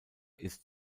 ist